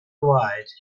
gwaed